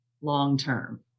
long-term